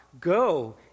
go